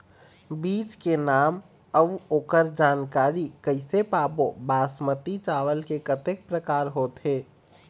बीज के नाम अऊ ओकर जानकारी कैसे पाबो बासमती चावल के कतेक प्रकार होथे?